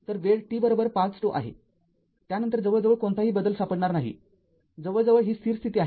तर वेळ t५ ζ आहे त्यानंतर जवळजवळ कोणताही बदल सापडणार नाही जवळजवळ ही स्थिर स्थिती आहे